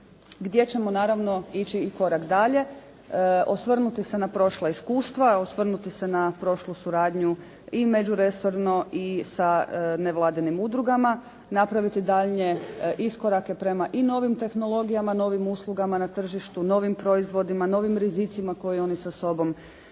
gdje ćemo naravno ići i korak dalje, osvrnuti se na prošla iskustva, osvrnuti se na prošlu suradnju i međuresorno i sa nevladinim udrugama, napraviti daljnje iskorake prema i novim tehnologijama, novim uslugama na tržištu, novim proizvodima, novim rizicima koje oni sa sobom donose,